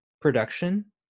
production